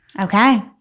Okay